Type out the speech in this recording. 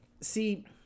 see